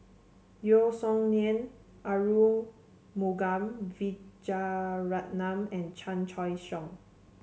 Yeo Song Nian Arumugam Vijiaratnam and Chan Choy Siong